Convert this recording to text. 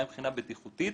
גם מבחינה בטיחותית,